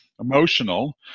emotional